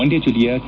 ಮಂಡ್ಯ ಜಿಲ್ಲೆಯ ಕೆ